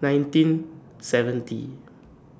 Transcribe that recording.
nineteen seventy